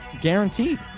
guaranteed